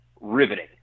riveting